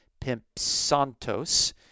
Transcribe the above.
Pimpsantos